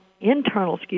internal